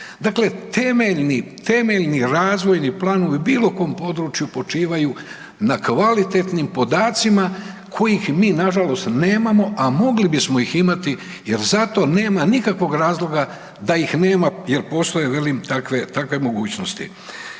Dakle, temeljni razvojni planovi u bilo kom području na kvalitetnim podacima kojih mi nažalost nemamo, a mogli bismo ih imati jer za to nema nikakvog razloga da ih nema jel postoje takve mogućnosti.